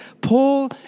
Paul